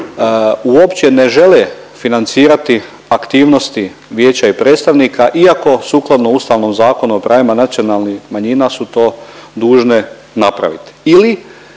uopće ne žele financirati aktivnosti Vijeća i predstavnika, iako sukladno Ustavnom zakonu o pravima nacionalnih manjina su to dužne napraviti. Ili